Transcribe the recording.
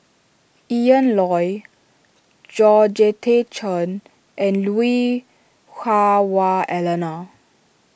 Ian Loy Georgette Chen and Lui Hah Wah Elena